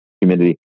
humidity